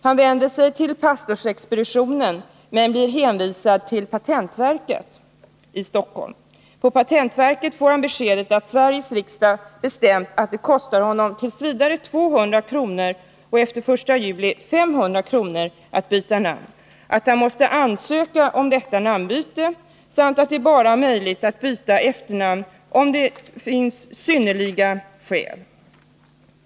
Han vänder sig till pastorsexpeditionen men blir hänvisad till patentverket i Stockholm. På patentverket får han beskedet att Sveriges riksdag bestämt att det t. v. kostar honom 200 kr. och efter den I juli 500 kr. att byta namn, att han måste ansöka om detta namnbyte samt att det är möjligt att ta hustruns efternamn bara om det finns synnerliga skäl.